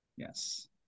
Yes